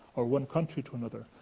or one country to another.